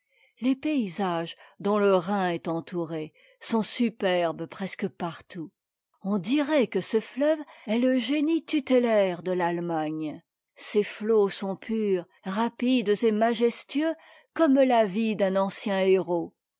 les paysages dont le rhin est entouré sont superbes presque partout on dirait que ce fleuve est le génie tutélaire de l'allemagne ses flots sont purs rapides et majestueux comme la vie d'un ancien héros